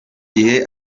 gihe